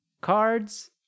cards